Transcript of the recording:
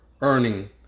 earning